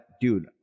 dude